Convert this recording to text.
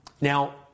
Now